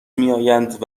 میآیند